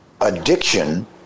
addiction